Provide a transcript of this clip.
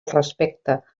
respecte